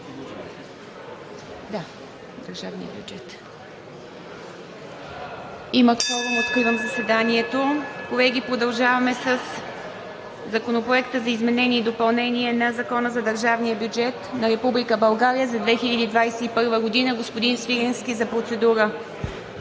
на държавния бюджет,